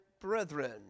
brethren